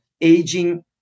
aging